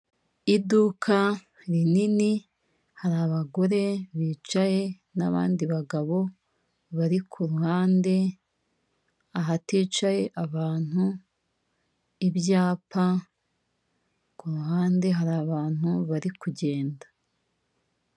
Iduka rinini, hari abagore bicaye n'abandi bagabo bari ku ruhande ahaticaye abantu, ibyapa, ku ruhande hari abantu bari kugenda.